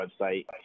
website